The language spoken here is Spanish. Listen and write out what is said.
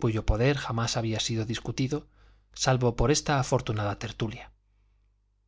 cuyo poder jamás había sido discutido salvo por esta afortunada tertulia